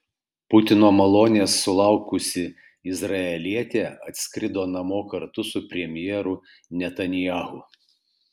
putino malonės sulaukusi izraelietė atskrido namo kartu su premjeru netanyahu